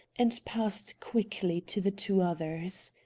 and passed quickly to the two others.